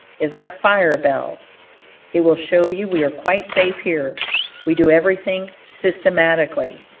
is our fire-bell it will show you we are quite safe here we do everything systematically.